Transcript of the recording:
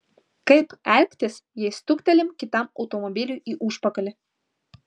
kaip elgtis jei stuktelim kitam automobiliui į užpakalį